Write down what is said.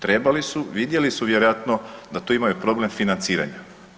Trebali su, vidjeli su vjerojatno da tu imaju problem financiranja.